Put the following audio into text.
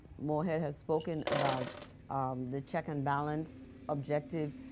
moore head has spoken about the check and balance objectives.